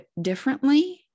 differently